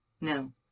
No